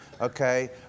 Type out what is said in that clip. Okay